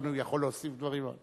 כמובן הוא יכול להוסיף דברים.